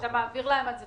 לכבוד אכסניה פותחים